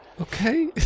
Okay